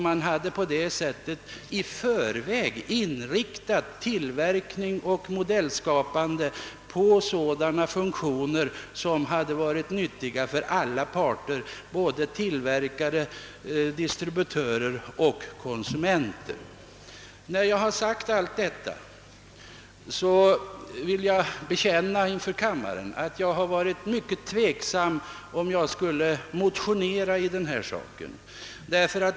Man hade på det sättet i förväg inriktat tillverkning och modellskapande på sådana funktioner som hade varit nyttiga för alla parter, för både tillverkare, distributörer och konsumenter. När jag har sagt detta vill jag inför kammaren bekänna att jag har varit mycket tveksam om jag skulle motionera i denna fråga.